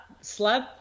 Slab